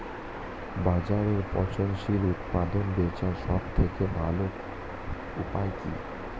বাজারে পচনশীল উৎপাদন বেচার সবথেকে ভালো উপায় কি?